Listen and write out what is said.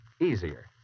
easier